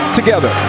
together